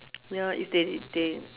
ya if they they mm